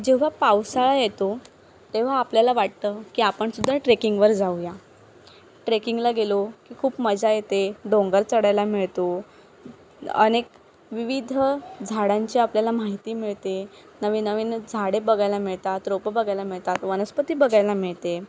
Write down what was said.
जेव्हा पावसाळा येतो तेव्हा आपल्याला वाटतं की आपण सुद्धा ट्रेकिंगवर जाऊया ट्रेकिंगला गेलो की खूप मजा येते डोंगर चढायला मिळतो अनेक विविध झाडांची आपल्याला माहिती मिळते नवीन नवीन झाडे बघायला मिळतात रोपं बघायला मिळतात वनस्पती बघायला मिळते